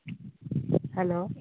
hello